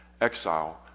exile